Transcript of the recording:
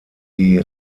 die